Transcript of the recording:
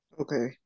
okay